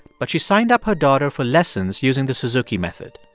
but she signed up her daughter for lessons using the suzuki method.